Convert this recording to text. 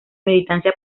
militancia